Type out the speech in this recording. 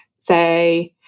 say